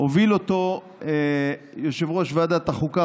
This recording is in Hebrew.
הוביל אותו יושב-ראש ועדת החוקה,